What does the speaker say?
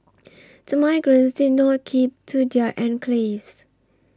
the migrants did not keep to their enclaves